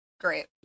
Great